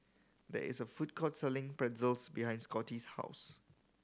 there is a food court selling Pretzel behind Scottie's house